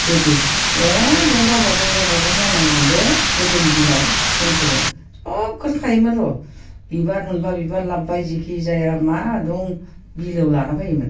गोदो एखदम गावबागाव गावबागाव मावनांगौमोन दे गोदोनि दिनाव जोंफोरो सबखोनो खायोमोन र' बिबार मोनबा बिबार लाबोबाय जेखिजाया मा दं बिलोआव लाना फैयोमोन